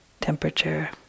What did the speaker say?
temperature